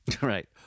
right